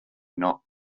not